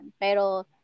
Pero